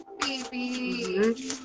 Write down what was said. baby